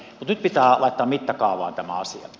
mutta nyt pitää laittaa mittakaavaan tämä asia